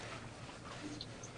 בבקשה.